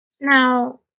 Now